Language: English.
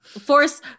force